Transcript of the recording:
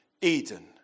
Eden